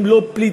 הם לא פליטים.